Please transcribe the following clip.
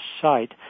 site